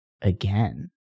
again